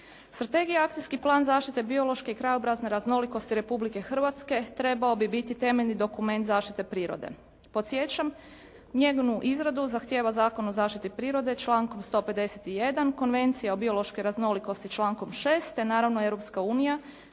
Strategija i Akcijski plan zaštite biološke i krajobrazne raznolikosti Republike Hrvatske trebao bi biti temeljni dokument zaštite prirode. Podsjećam, njegovu izradu zahtjeva Zakon o zaštiti prirode člankom 151. Konvencije o biološkoj raznolikosti člankom 6., te naravno Europska unija